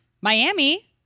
Miami